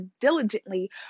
diligently